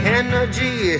energy